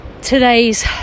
Today's